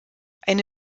eine